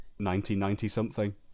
1990-something